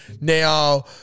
Now